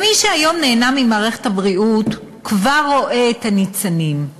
ומי שהיום נהנה ממערכת הבריאות כבר רואה את הניצנים.